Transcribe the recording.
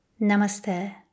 Namaste